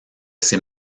ces